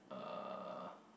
uh